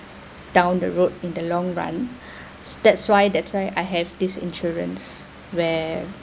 down the road in the long run that's why that's why I have this insurance where